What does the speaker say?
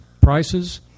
prices